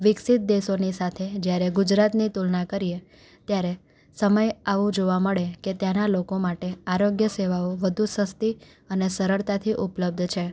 વિકસિત દેશોની સાથે જયારે ગુજરાતની તુલના કરીએ ત્યારે સમય આવો જોવા મળે કે ત્યાંના લોકો માટે આરોગ્ય સેવાઓ વધુ સસ્તી અને સરળતાથી ઉપલબ્ધ છે